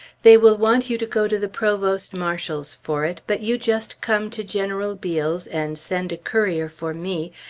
they will want you to go to the provost marshal's for it, but you just come to general beale's, and send a courier for me,